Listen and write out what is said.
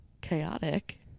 chaotic